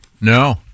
No